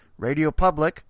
RadioPublic